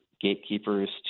gatekeepers